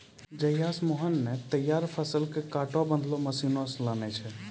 जहिया स मोहन नॅ तैयार फसल कॅ काटै बांधै वाला मशीन लानलो छै